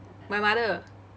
my mother